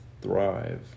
thrive